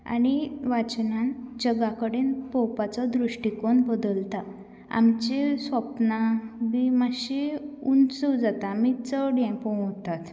आनी वाचनान जगा कडेन पळोवपाचो दृश्टीकोन बदलतां आमची स्वपनां बी मातशीं ऊंच जाता आमी चड हें पळोवंक उरतात